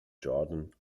jordan